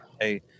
hey